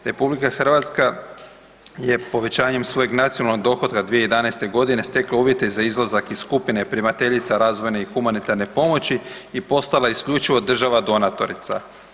RH je povećanjem svojeg nacionalnog dohotka 2011. g. stekla uvjete za izlazak iz skupine primateljica razvojne i humanitarne pomoći i postala isključivo država donatorica.